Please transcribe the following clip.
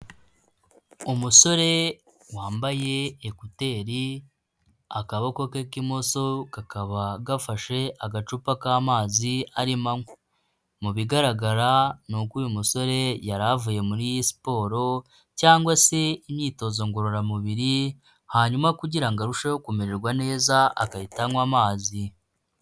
Umusore wambaye ekuteri, akaboko ke k'imoso kakaba gafashe agacupa k'amazi arimo anywa, mu bigaragara nuko uyu musore yari avuye muri siporo cyangwa se imyitozo ngororamubiri, hanyuma kugira ngo arusheho kumererwa neza agahita anywa amazi.